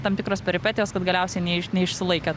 tam tikros peripetijos kad galiausiai neiš neišsilaikė